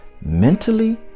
mentally